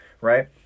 Right